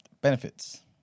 benefits